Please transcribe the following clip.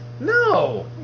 No